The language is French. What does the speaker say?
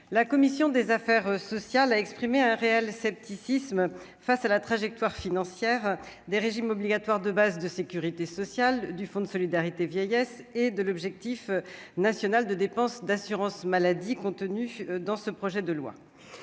la commission des affaires sociales a exprimé un réel scepticisme face à la trajectoire financière des régimes obligatoires de base de sécurité sociale du Fonds de solidarité vieillesse et de l'objectif national de dépenses d'assurance maladie contenues dans ce projet de loi,